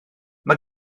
mae